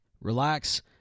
relax